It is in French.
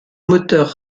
moteur